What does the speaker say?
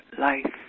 Life